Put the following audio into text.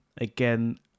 again